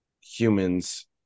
humans